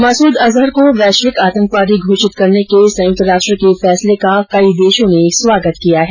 मसूद अजहर को वैश्विक आतंकी घोषित करने के संयुक्त राष्ट्र के फैसले का कई देशों ने स्वागत किया है